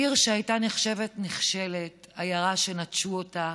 עיר שהייתה נחשבת נחשלת, עיירה שנטשו אותה